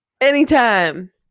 Anytime